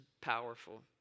powerful